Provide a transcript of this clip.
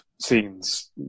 scenes